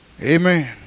Amen